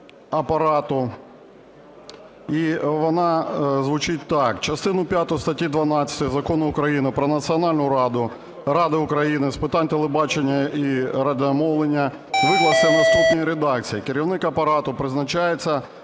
апарату. І вона звучить так: частину п'яту статті 12 Закону України "Про Національну раду України з питань телебачення і радіомовлення" викласти в наступній редакції: "Керівник апарату призначається